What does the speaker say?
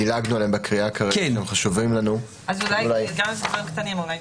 גם זה וגם זה כי זה כבר הסטנדרט הקיים בחוק.